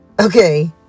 Okay